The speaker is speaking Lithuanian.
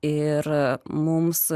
ir mums